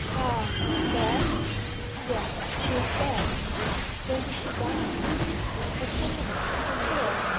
ah dead yes she is dead when did she die at ten minutes past four,